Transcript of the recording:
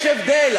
יש הבדל.